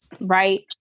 right